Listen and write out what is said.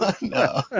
no